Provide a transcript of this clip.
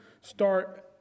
start